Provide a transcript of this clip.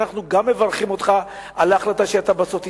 אנחנו גם מברכים אותך על ההחלטה שבסוף אתה